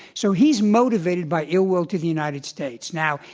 so he's motivated by ill will to the united states. now,